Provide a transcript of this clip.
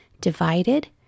Divided